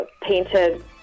painted